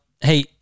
hey